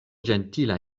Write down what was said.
ĝentila